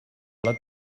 blat